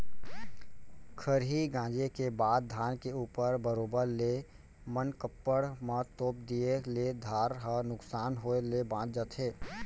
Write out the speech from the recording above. खरही गॉंजे के बाद धान के ऊपर बरोबर ले मनकप्पड़ म तोप दिए ले धार ह नुकसान होय ले बॉंच जाथे